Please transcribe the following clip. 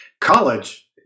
college